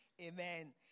amen